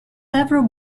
several